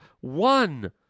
one